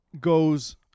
Goes